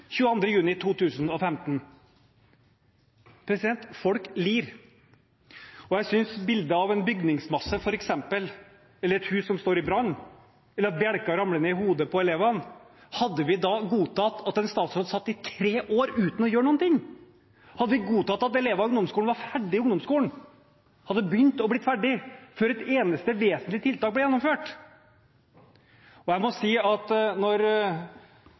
juni 2015. Folk lider, og når det gjelder bildet av en bygningsmasse, f.eks. et hus som står i brann, eller bjelker som ramler ned i hodet på elevene: Hadde vi da godtatt at en statsråd satt i tre år uten å gjøre noe? Hadde vi da godtatt at en statsråd satt i tre år uten å gjøre noe? Hadde vi godtatt at elever som snart var ferdige med ungdomsskolen, hadde begynt å bli ferdige før et eneste vesentlig tiltak ble gjennomført? Jeg må si